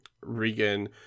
regan